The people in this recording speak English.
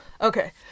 Okay